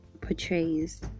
portrays